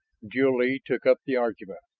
jil-lee took up the argument.